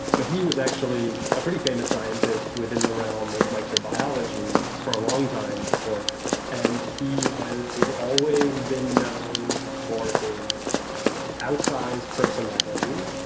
but he was actually a pretty famous scientist within the realm of microbiology for a long time before now, and he has always been known for his outsize personality,